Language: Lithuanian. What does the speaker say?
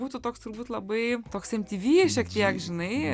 būtų toks turbūt labai toks mtv šiek tiek žinai